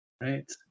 Right